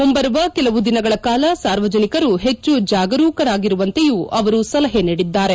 ಮುಂಬರುವ ಕೆಲವು ದಿನಗಳ ಕಾಲ ಸಾರ್ವಜನಿಕರು ಹೆಚ್ಚು ಜಾಗರೂಕರಾಗಿರುವಂತೆಯೂ ಅವರು ಸಲಹೆ ನೀಡಿದ್ದಾರೆ